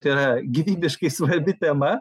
tai yra gyvybiškai svarbi tema